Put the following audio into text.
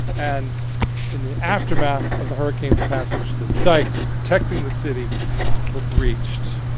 and in the aftermath of the hurricane's passage the dikes protecting the city were breached,